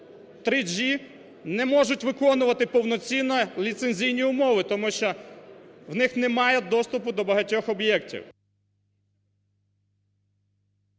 3G не можуть виконувати повноцінно ліцензійні умови, тому що в них немає доступу до багатьох об'єктів.